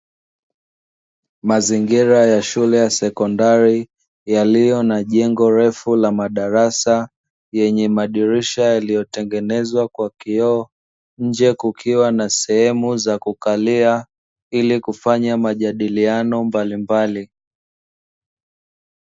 Mazingira ya shule ya sekondari yaliyo na jengo refu la madarasa, yenye madirisha yaliyotengenezwa kwa kioo, nje kukiwa na sehemu za kukalia ili kufanya majadiliano mbalimbali.